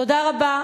תודה רבה.